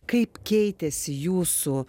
kaip keitėsi jūsų